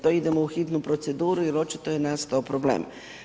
To idemo u hitnu proceduru jer očito je nastao problem.